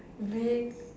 weak